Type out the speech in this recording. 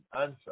answer